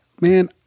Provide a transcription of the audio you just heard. Man